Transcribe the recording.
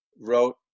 wrote